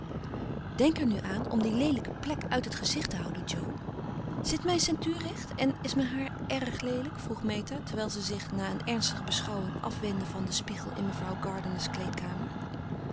denk er nu aan om die leelijke plek uit het gezicht te houden jo zit mijn ceintuur recht en is mijn haar erg leelijk vroeg meta terwijl ze zich na een ernstige beschouwing afwendde van den spiegel in mevrouw gardiner's kleedkamer